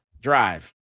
Drive